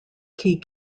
key